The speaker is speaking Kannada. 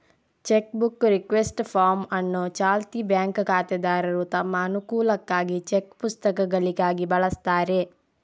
ಚೆಕ್ ಬುಕ್ ರಿಕ್ವೆಸ್ಟ್ ಫಾರ್ಮ್ ಅನ್ನು ಚಾಲ್ತಿ ಬ್ಯಾಂಕ್ ಖಾತೆದಾರರು ತಮ್ಮ ಅನುಕೂಲಕ್ಕಾಗಿ ಚೆಕ್ ಪುಸ್ತಕಗಳಿಗಾಗಿ ಬಳಸ್ತಾರೆ